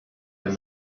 der